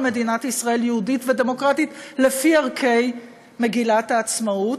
מדינת ישראל יהודית ודמוקרטית לפי ערכי מגילת העצמאות.